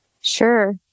Sure